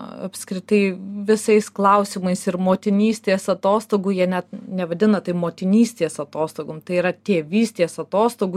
apskritai visais klausimais ir motinystės atostogų jie net nevadina tai motinystės atostogom tai yra tėvystės atostogų